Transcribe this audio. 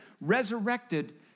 resurrected